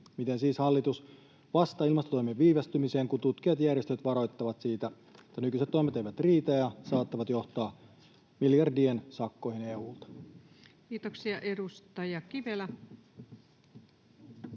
Miten siis hallitus vastaa ilmastotoimien viivästymiseen, kun tutkijat ja järjestöt varoittavat siitä, että nykyiset toimet eivät riitä ja saattavat johtaa miljardien sakkoihin EU:lta? Kiitoksia. — Edustaja Kivelä.